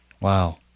Wow